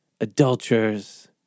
adulterers